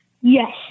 Yes